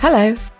Hello